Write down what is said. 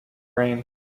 rain